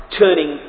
turning